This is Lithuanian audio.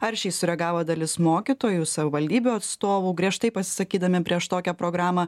aršiai sureagavo dalis mokytojų savivaldybių atstovų griežtai pasisakydami prieš tokią programą